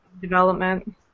development